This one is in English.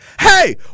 Hey